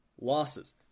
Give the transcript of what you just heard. losses